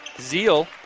Zeal